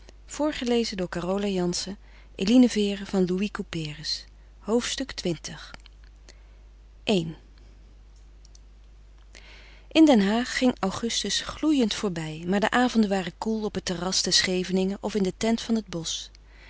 in de zee hoofdstuk xx i in den haag ging augustus gloeiend voorbij maar de avonden waren koel op het terras te scheveningen of in de tent van het bosch